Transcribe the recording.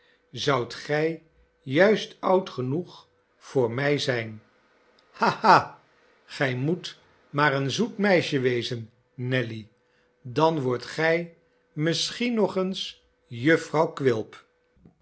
zoudt gij juist oud genoeg voor mij zijn ha ha gij moet maar een zoet meisje wezen nelly dan wordt gij misschien nog eens jufvrouw quilp